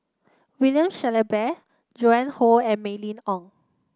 William Shellabear Joan Hon and Mylene Ong